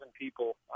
people